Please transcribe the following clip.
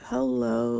Hello